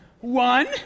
one